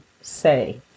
say